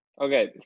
Okay